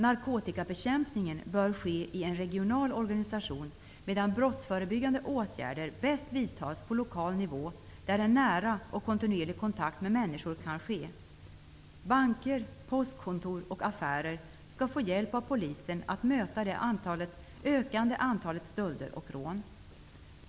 Narkotikabekämpningen bör ske i en regional organisation, medan brottsförebyggande åtgärder bäst vidtas på lokal nivå, där en nära och kontinuerlig kontakt med människor kan ske. Banker, postkontor och affärer skall få hjälp av polisen att möta det ökande antalet stölder och rån.